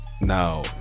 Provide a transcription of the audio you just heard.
Now